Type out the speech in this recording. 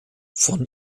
von